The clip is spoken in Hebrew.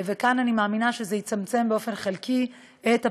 וכאן אני מאמינה שזה יצמצם באופן חלקי את הפערים.